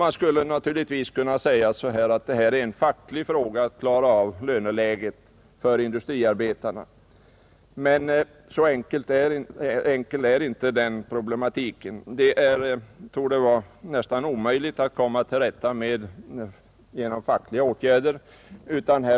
Man skulle naturligtvis kunna säga att löneläget för industriarbetarna är en facklig fråga. Men så enkelt är inte problemet. Att komma till rätta med det genom fackliga åtgärder torde vara nästan omöjligt.